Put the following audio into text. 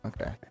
Okay